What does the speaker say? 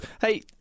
Hey